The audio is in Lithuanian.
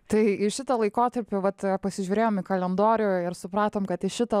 tai į šitą laikotarpį vat pasižiūrėjom į kalendorių ir supratom kad į šitą